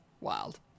wild